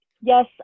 Yes